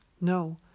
No